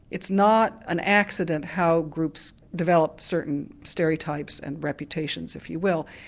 it's not an accident how groups develop certain stereotypes and reputations if you will.